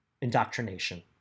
indoctrination